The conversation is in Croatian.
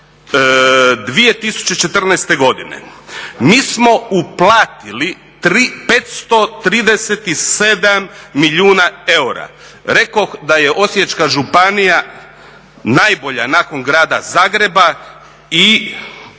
30.6.2014. godine mi smo uplatili 537 milijuna eura. Rekoh da je Osječka županija najbolja nakon Grada Zagreba i